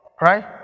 right